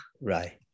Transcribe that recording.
Right